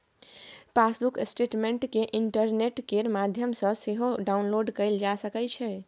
passbook statement केँ internet केर माध्यमसँ सेहो डाउनलोड कएल जा सकै छै